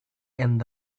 end